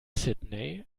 sydney